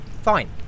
Fine